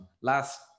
last